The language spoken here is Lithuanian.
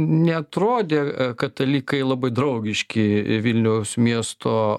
neatrodė katalikai labai draugiški vilniaus miesto